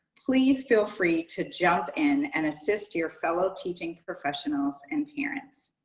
please feel free to jump in and assist your fellow teaching professionals and parents.